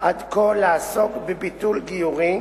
עד כה לעסוק בביטול גיורים,